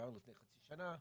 שקיבלנו מלפני חצי שנה,